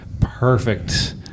perfect